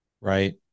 Right